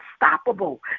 unstoppable